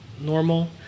normal